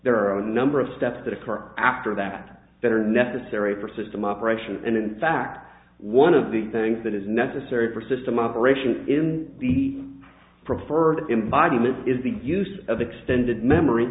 are a number of steps that occur after that that are necessary for system operation and in fact one of the things that is necessary for system operations in the preferred embodiment is the use of extended memory